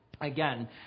Again